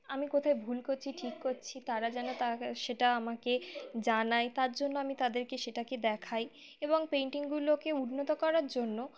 আমি কোথায় ভুল করছি ঠিক করছি তারা যেন সেটা আমাকে জানায় তার জন্য আমি তাদেরকে সেটাকে দেখাই এবং পেন্টিংগুলোকে উন্নত করার জন্য